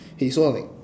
!hey! so uh like